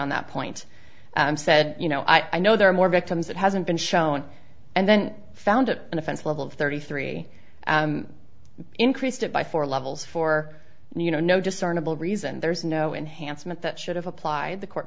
on that point said you know i know there are more victims that hasn't been shown and then found it an offense level of thirty three increased it by four levels for you know no discernible reason there is no enhanced meant that should have applied the court